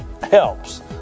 helps